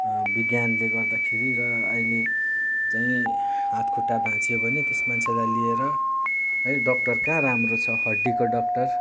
विज्ञानले गर्दाखेरि र अहिले चाहिँ हातखुट्टा भाँच्चियो भने त्यस मान्छेलाई लिएर है डक्टर कहाँ राम्रो छ हड्डीको डक्टर